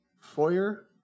foyer